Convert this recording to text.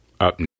up